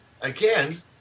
again